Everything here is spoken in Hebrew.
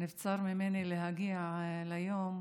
נבצר ממני להגיע ליום,